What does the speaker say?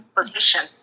position